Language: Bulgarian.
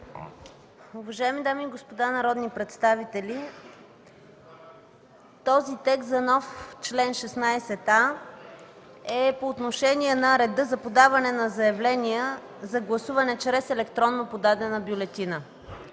Уважаеми дами и господа народни представители! Този текст за нов чл. 16а е по отношение на реда за подаване на заявления за гласуване чрез електронно подадена бюлетина